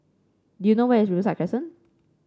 do you know where is Riverside Crescent